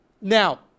Now